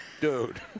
Dude